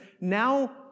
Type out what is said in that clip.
now